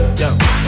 yo